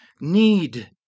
need